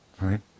Right